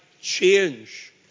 change